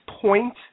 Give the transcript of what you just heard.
point